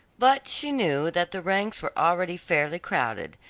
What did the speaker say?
but she knew that the ranks were already fairly crowded,